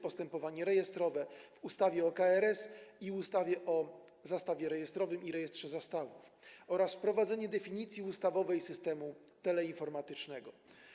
Postępowanie rejestrowe, w ustawie o KRS i w ustawie o zastawie rejestrowym i rejestrze zastawów, oraz zmiana dotycząca wprowadzenia definicji ustawowej systemu teleinformatycznego.